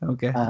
Okay